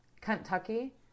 Kentucky